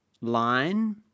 line